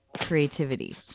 creativity